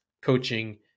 coaching